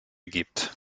gibt